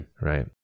right